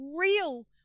real